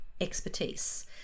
expertise